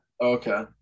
okay